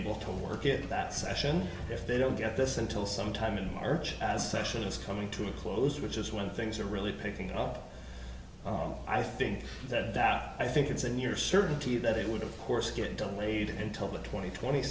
able to work it that session if they don't get this until sometime in march as session is coming to a close which is when things are really picking up i think that that i think it's in your certainty that it would of course get delayed until the twenty twenty